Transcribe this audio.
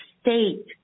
state